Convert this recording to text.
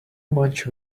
much